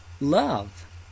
love